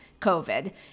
COVID